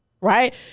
right